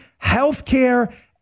healthcare